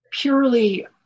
purely